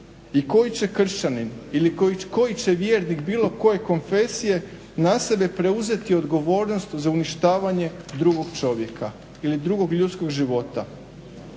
I koji će Kršćanin ili koji će vjernik bilo koje konfesije na sebe preuzeti odgovornost za uništavanje drugog čovjeka ili drugog ljudskog života.